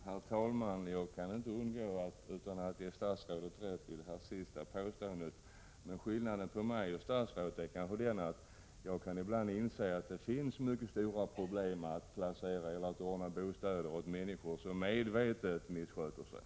Herr talman! Jag kan inte undgå att ge statsrådet rätt beträffande det sista påståendet. Men skillnaden mellan mig och statsrådet är kanske den att jag ibland kan inse att det finns mycket stora problem när det gäller att ordna bostäder åt människor som medvetet missköter sig.